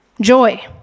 Joy